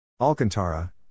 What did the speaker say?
Alcantara